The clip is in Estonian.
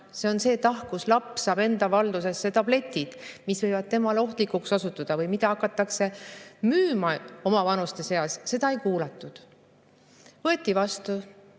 see on see tahk, et laps saab enda valdusesse tabletid, mis võivad temale ohtlikuks osutuda või mida hakatakse müüma omavanuste seas – seda ei kuulatud. Seadus